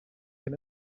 can